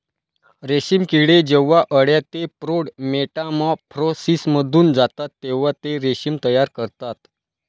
रेशीम किडे जेव्हा अळ्या ते प्रौढ मेटामॉर्फोसिसमधून जातात तेव्हा ते रेशीम तयार करतात